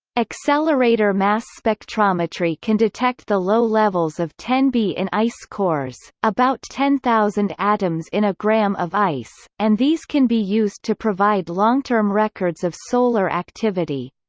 accelerator mass spectrometry can detect the low levels of ten be in ice cores, about ten thousand atoms in a gram of ice, and these can be used to provide long-term records of solar activity.